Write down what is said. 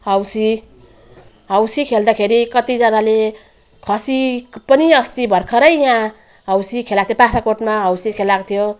हौसी housie खेल्दाखेरि कत्तिजनाले खसीको पनि अस्ति भर्खरै यहाँ हौसी खेलाएको थियो बाख्राकोटमा हौसी खेलाएको थियो